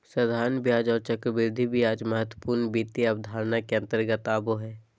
साधारण ब्याज आर चक्रवृद्धि ब्याज महत्वपूर्ण वित्त अवधारणा के अंतर्गत आबो हय